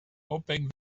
hoping